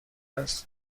است